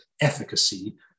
efficacy